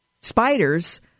spiders